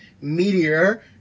meteor